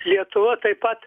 lietuva taip pat